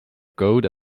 code